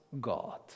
God